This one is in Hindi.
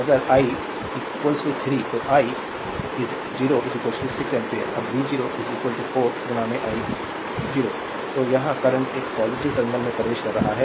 स्लाइड टाइम देखें 1529 Refer Slide Time 1605 तो अगर आई 3 तो आई 0 6 एम्पीयर अब v0 4 i 0 तो यह करंट इस पॉजिटिव टर्मिनल में प्रवेश कर रहा है